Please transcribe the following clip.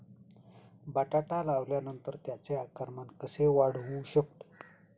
बटाटा लावल्यानंतर त्याचे आकारमान कसे वाढवू शकतो?